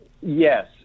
Yes